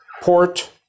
port